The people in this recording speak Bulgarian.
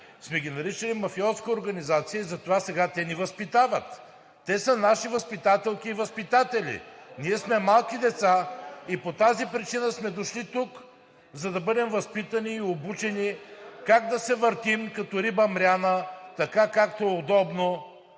сме ги наричали мафиотска организация, затова сега те ни възпитават. Те са наши възпитателки и възпитатели. Ние сме малки деца и по тази причина сме дошли тук, за да бъдем възпитани и обучени как да се въртим, като риба мряна така, както е удобно,